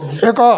ଏକ